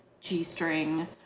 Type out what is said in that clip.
G-string